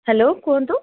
hello କୁହନ୍ତୁ